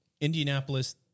Indianapolis